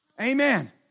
Amen